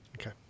Okay